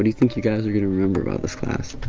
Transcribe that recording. do you think you guys are gonna remember about this class?